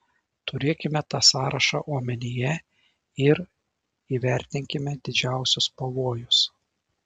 turėkime tą sąrašą omenyje ir įvertinkime didžiausius pavojus